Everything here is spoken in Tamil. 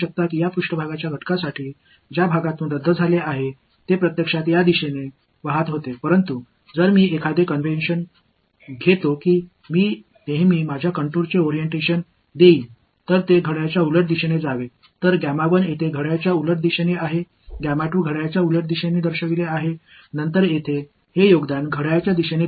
இந்த மேற்பரப்பு உறுப்பின் ரத்து செய்யப்படாத பகுதி இந்த திசையில் பாய்கிறது என்பதை நீங்கள் கவனிக்க முடியும் ஆனால் ஒரிஇண்டஷன் எப்போதும் வரையறைகளுக்கு ஒரு கடிகார திசையில் நோக்குநிலையை கொடுக்கப் போகிறேன் எனவே இங்கே கடிகார திசையில் உள்ளது எதிரெதிர் திசையில் காட்டப்பட்டுள்ளது பின்னர் இங்கே இந்த பங்களிப்பு கடிகார திசையில் தோன்றும்